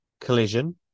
Collision